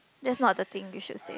that's not the thing you should save